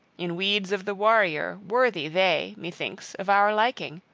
in weeds of the warrior worthy they, methinks, of our liking